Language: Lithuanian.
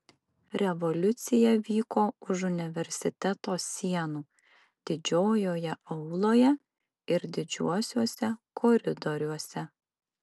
revoliucija vyko už universiteto sienų didžiojoje auloje ir didžiuosiuose koridoriuose